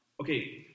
Okay